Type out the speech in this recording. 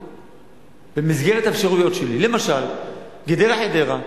במסגרת האפשרויות שלי, למשל גדרה חדרה.